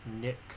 nick